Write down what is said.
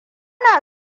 na